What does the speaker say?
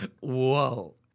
Whoa